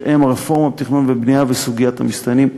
שהם הרפורמה בתכנון ובבנייה וסוגיית המסתננים.